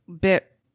bit